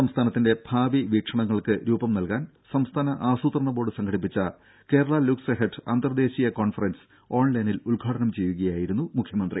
സംസ്ഥാനത്തിന്റെ ഭാവി വീക്ഷണങ്ങൾക്ക് രൂപം നൽകാൻ സംസ്ഥാന ആസൂത്രണ ബോർഡ് സംഘടിപ്പിച്ച കേരള ലുക്ക്സ് എഹെഡ് അന്തർ ദേശീയ കോൺഫറൻസ് ഓൺലൈനിൽ ഉദ്ഘാടനം ചെയ്യുകയായിരുന്നു മുഖ്യമന്ത്രി